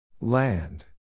Land